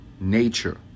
nature